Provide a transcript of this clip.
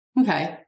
okay